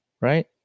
right